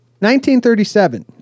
1937